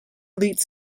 elite